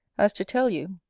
as to tell you,